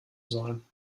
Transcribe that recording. sollen